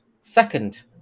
second